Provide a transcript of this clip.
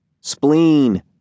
Spleen